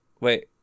Wait